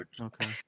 Okay